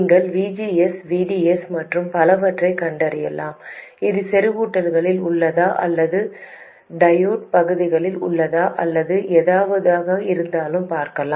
நீங்கள் VGS VDS மற்றும் பலவற்றைக் கண்டறியலாம் அது செறிவூட்டலில் உள்ளதா அல்லது ட்ரையோட் பகுதியில் உள்ளதா அல்லது எதுவாக இருந்தாலும் பார்க்கவும்